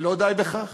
ולא די בכך,